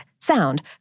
sound